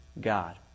God